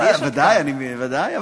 יש עוד, בוודאי, בוודאי.